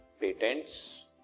patents